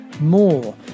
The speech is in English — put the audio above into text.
more